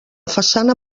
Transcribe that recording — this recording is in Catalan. façana